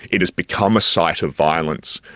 it has become a site of violence.